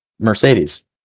mercedes